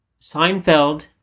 Seinfeld